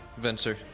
Venser